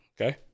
Okay